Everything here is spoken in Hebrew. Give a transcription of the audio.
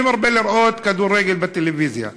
אני מרבה לראות כדורגל בטלוויזיה.